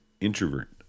introvert